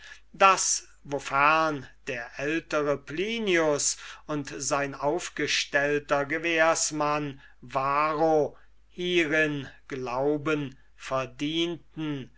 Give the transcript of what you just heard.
daß wofern der ältere plinius und sein aufgestellter gewährsmann varro hierin glauben verdienten